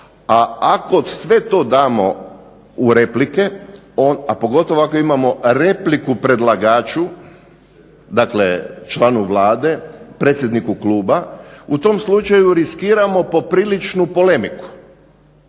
a ako sve to damo u replike, a pogotovo ako imamo repliku predlagaču, dakle članu Vlade, predsjedniku kluba, u tom slučaju riskiramo popriličnu polemiku,